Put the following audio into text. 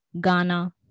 Ghana